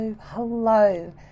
hello